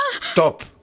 Stop